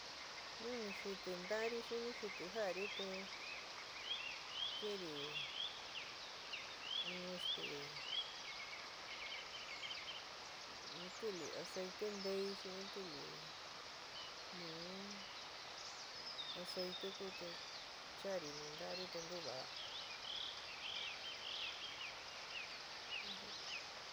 Nu ni xɨti ntári xi ni jɨti ja'ari te kɨnri in esté in tɨli aceite ntei xi in tɨli nuú aceite ku te chaári nu ntári te ntuva'a.